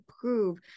prove